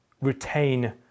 retain